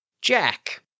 Jack